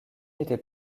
était